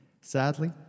Sadly